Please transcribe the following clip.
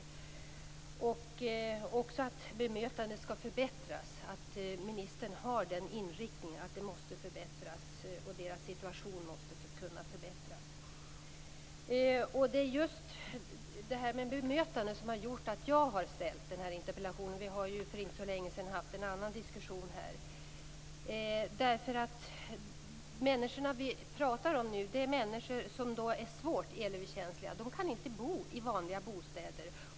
Jag uppskattar också att bemötandet skall förbättras, att ministern har den inriktningen att bemötandet måste förbättras och att de elöverkänsligas situation måste förbättras. Det är just bemötandet som har gjort att jag har ställt den här interpellationen. Vi har ju för inte så länge sedan haft en annan diskussion här. De människor vi pratar om är svårt elöverkänsliga. De kan inte bo i vanliga bostäder.